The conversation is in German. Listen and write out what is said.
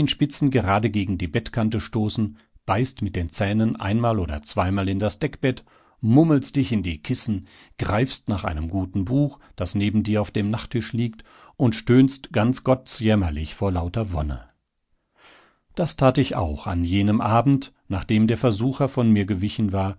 gerade gegen die bettkante stoßen beißt mit den zähnen einmal oder zweimal in das deckbett mummelst dich in die kissen greifst nach einem guten buch das neben dir auf dem nachttisch liegt und stöhnst ganz gottsjämmerlich vor lauter wonne das tat ich auch an jenem abend nachdem der versucher von mir gewichen war